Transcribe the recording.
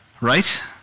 right